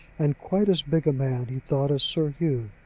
and quite as big a man, he thought, as sir hugh.